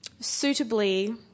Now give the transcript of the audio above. suitably